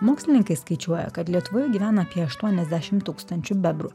mokslininkai skaičiuoja kad lietuvoje gyvena apie aštuoniasdešim tūkstančių bebrų